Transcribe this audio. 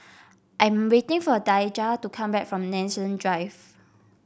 I'm waiting for Daijah to come back from Nanson Drive